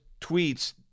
tweets